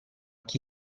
chi